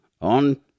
on